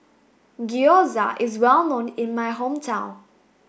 Gyoza is well known in my hometown